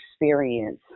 experience